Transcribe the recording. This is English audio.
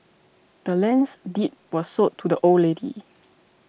the land's deed was sold to the old lady